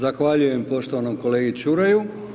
Zahvaljujem poštovanom kolegi Ćuraju.